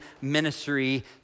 ministry